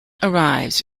arrives